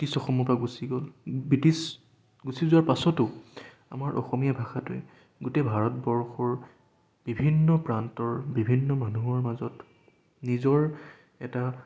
British অসমৰ পৰা গুছি গ'ল ব্ৰিটিছ গুছি যোৱাৰ পাছতো আমাৰ অসমীয়া ভাষাটোৱে গোটেই ভাৰতবৰ্ষৰ বিভিন্ন প্ৰান্তৰ বিভিন্ন মানুহৰ মাজত নিজৰ এটা